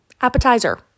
appetizer